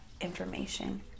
information